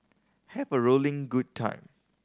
have a rolling good time